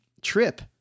trip